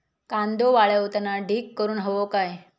कांदो वाळवताना ढीग करून हवो काय?